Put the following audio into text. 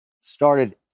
started